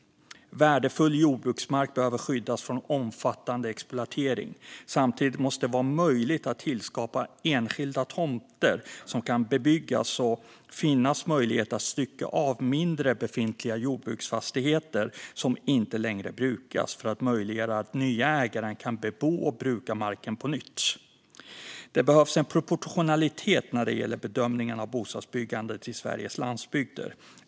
Värdefull jordbruksmark behöver skyddas från omfattande exploatering. Samtidigt måste det vara möjligt att tillskapa enskilda tomter som kan bebyggas och finnas möjlighet att stycka av befintliga mindre jordbruksfastigheter som inte längre brukas, så att nya ägare kan bebo och bruka marken på nytt. Det behövs en proportionalitet när det gäller bedömningen av bostadsbyggandet i Sveriges landsbygder.